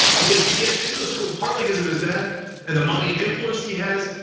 because he gets into the school partly cuz of his dad and the money and influence he has,